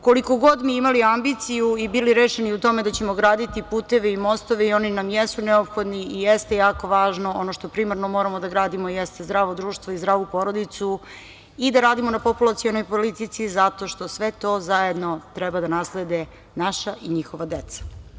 Koliko god mi imali ambiciju i bili rešeni u tome da ćemo graditi puteve i mostove, oni nam jesu neophodni i jeste jako važno, ali ono što primarno moramo da gradimo jeste zdravo društvo i zdravu porodicu i da radimo na populacionoj politici zato što sve to zajedno treba da naslede naša i njihova deca.